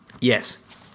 yes